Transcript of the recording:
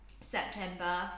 September